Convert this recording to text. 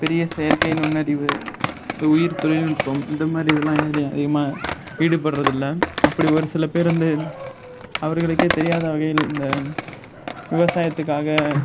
பெரிய செயற்கை நுண்ணறிவு உயிர் தொழில்நுட்பம் இந்த மாதிரி இதெல்லாம் எதுலேயும் அதிகமாக ஈடுபடுறதில்ல அப்படி ஒரு சில பேர் வந்து அவர்களுக்கே தெரியாத வகையில் இந்த விவசாயத்துக்காக